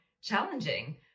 challenging